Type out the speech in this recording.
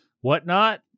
whatnot